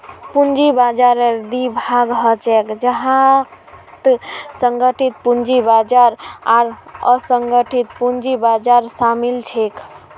पूंजी बाजाररेर दी भाग ह छेक जहात संगठित पूंजी बाजार आर असंगठित पूंजी बाजार शामिल छेक